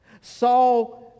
Saul